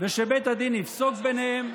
ושבית הדין יפסוק להם,